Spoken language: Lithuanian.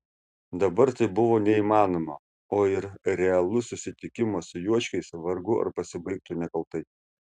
dabar tai buvo neįmanoma o ir realus susitikimas su juočkiais vargu ar pasibaigtų nekaltai